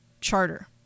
Charter